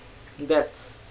that's